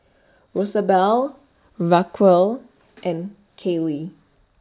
Rosabelle Raquel and Caylee